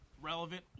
relevant